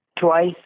twice